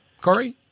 Corey